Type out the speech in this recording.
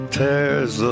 tears